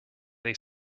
they